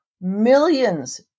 millions